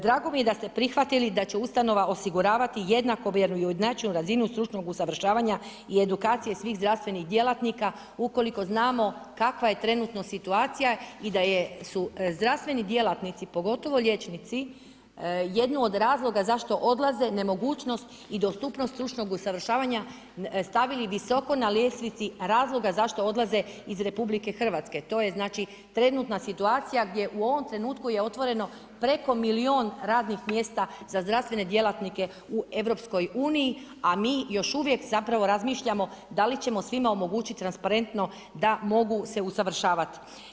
Drago mi je da ste prihvatili da će ustanova osiguravati jednakomjernu i ujednačenu razinu stručnog usavršavanja i edukacije svih zdravstvenih djelatnika ukoliko znamo kakva je trenutno situacija i da su zdravstveni djelatnici pogotovo liječnici jednu od razloga zašto odlaze, ne mogućnost i dostupnost stručnog usavršavanja, stavili visoko na ljestvici razloga zašto odlaze iz RH, to je znači trenutna situacija gdje u ovom trenutku je otvoreno preko milijun radnih mjesta za zdravstvene djelatnike u EU-u a mi još uvijek zapravo razmišljamo da li ćemo svima omogućiti transparentno da mogu se usavršavati.